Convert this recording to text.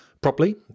properly